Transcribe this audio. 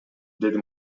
деди